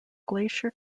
glacier